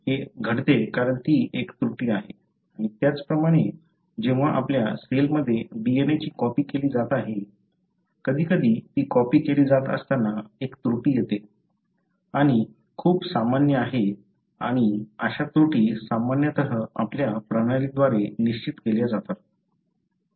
हे घडते कारण ती एक त्रुटी आहे आणि त्याचप्रमाणे जेव्हा आपल्या सेलमध्ये DNA ची कॉपी केली जात आहे कधीकधी ती कॉपी केली जात असताना एक त्रुटी येते आणि ही खूप सामान्य आहे आणि अशा त्रुटी सामान्यतः आपल्या प्रणालीद्वारे निश्चित केल्या जातात